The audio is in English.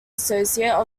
associate